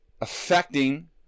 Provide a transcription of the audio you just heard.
affecting